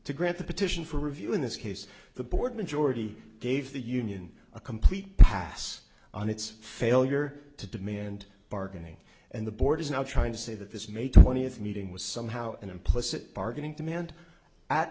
to grant the petition for review in this case the board majority gave the union a complete pass on its failure to demand bargaining and the board is now trying to say that this may twentieth meeting was somehow an implicit bargaining command at